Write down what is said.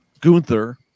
Gunther